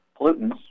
pollutants